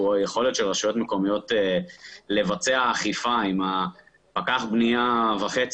והוא היכולת של רשויות מקומיות לבצע אכיפה עם פקח הבנייה וחצי